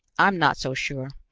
i'm not so sure.